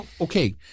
Okay